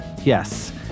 Yes